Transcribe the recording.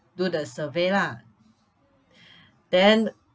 do the survey lah then